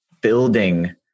building